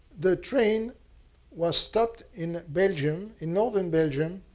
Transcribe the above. the train was stopped in belgium, in northern belgium,